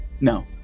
No